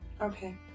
Okay